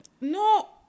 No